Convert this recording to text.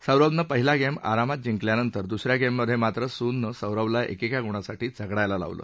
सौरभनं पहिला गेम आरामात जिंकल्यानंतर द्सऱ्या गेम मध्ये मात्र सूननं सौरभला एकेका ग्णासाठी झगडायला लावलं